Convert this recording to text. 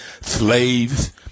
slaves